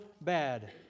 bad